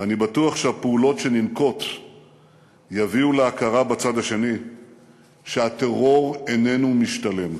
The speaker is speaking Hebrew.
ואני בטוח שהפעולות שננקוט יביאו להכרה בצד השני שהטרור איננו משתלם.